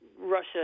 Russia